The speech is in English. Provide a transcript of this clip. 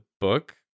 book